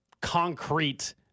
concrete